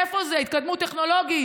איפה זה, התקדמות טכנולוגית?